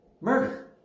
murder